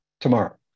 tomorrow